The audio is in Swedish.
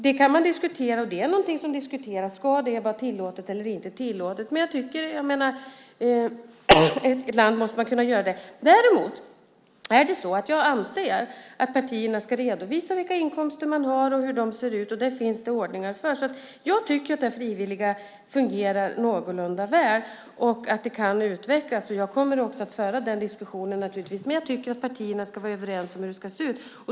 Det kan man diskutera, och det är någonting som diskuteras - ska det vara tillåtet eller inte tillåtet? Jag tycker att man måste kunna göra det. Däremot anser jag att partierna ska redovisa vilka inkomster de har och hur dessa ser ut, och det finns det ordningar för. Jag tycker alltså att det frivilliga fungerar någorlunda väl och att det kan utvecklas. Jag kommer naturligtvis att föra den diskussionen, men jag tycker att partierna ska vara överens om hur det ska se ut.